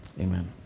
amen